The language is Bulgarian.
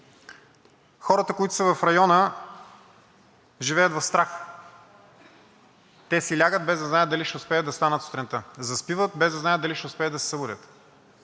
Хората, които са в района, живеят в страх. Те си лягат, без да знаят дали ще успеят да станат сутринта. Заспиват, без да знаят дали ще успеят да се събудят.